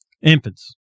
infants